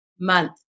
month